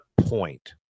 point